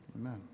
amen